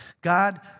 God